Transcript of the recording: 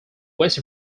west